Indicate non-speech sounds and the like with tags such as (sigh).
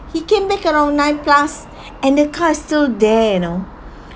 he came back around nine plus (breath) and the car is still there you know